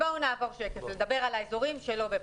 בואו נעבור שקף ונדבר על האזורים שלא בפריסה.